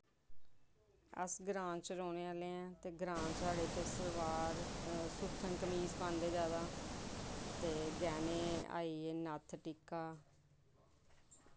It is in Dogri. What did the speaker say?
अस ग्रांऽ च रौह्ने आह्ले आं ते ग्रांऽ साढ़े च सलवार सुत्थन कमीज़ पांदे जादा ते गैह्ने आइये नत्थ टिक्का